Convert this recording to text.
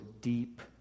deep